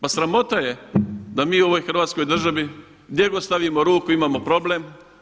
Pa sramota je da mi u ovoj Hrvatskoj državi gdje god stavimo ruku imamo problem.